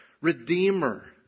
Redeemer